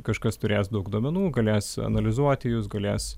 kažkas turės daug duomenų galės analizuoti jus galės